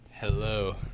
hello